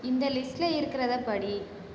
இந்த லிஸ்ட்டில் இருக்கிறதை படி